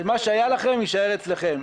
מה שהיה לכם יישאר אצלכם,